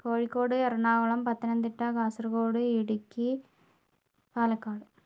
Kozhikode Ernakulam Pathanamthitta Kasaragod Idukki Palakkad